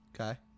Okay